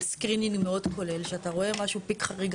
על סקרינינג מאוד כולל שאתה רואה משהו פיק חריג,